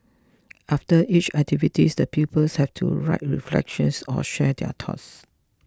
after each activity the pupils have to write reflections or share their thoughts